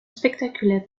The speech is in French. spectaculaire